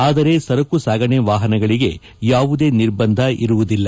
ಆದರೆ ಸರಕು ಸಾಗಾಣೆ ವಾಹನಗಳಿಗೆ ಯಾವುದೇ ನಿರ್ಬಂಧ ವಿಧಿಸಿಲ್ಲ